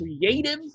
creative